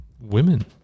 women